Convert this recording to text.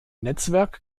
netzwerk